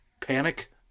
panic